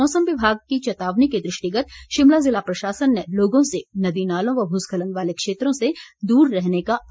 मौसम विमाग की चेतावनी के दृष्टिगत शिमला जिला प्रशासन ने लोगों से नदी नालों व भूस्खलन वाले क्षेत्रों से दूर रहने का आग्रह किया है